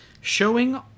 showing